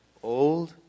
old